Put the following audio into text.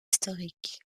historiques